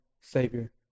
Savior